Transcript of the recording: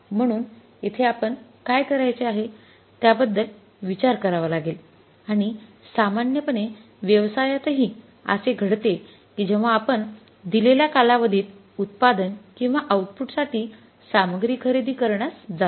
म्हणून येथे आपण काय करायचे आहे त्याबद्दल विचार करावा लागेल आणि सामान्यपणे व्यवसायातही असे घडते की जेव्हा आपण दिलेल्या कालावधीत उत्पादन किंवा आउटपुटसाठी सामग्री खरेदी करण्यास जातो